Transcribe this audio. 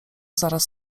zaraz